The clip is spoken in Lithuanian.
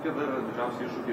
kokie dar yra didžiausi iššūkiai